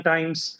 Times